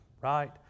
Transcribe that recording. right